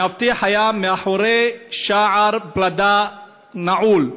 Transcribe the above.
המאבטח היה מאחורי שער פלדה נעול,